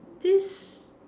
this